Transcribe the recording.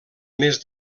més